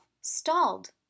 stalled